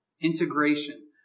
integration